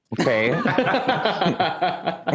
okay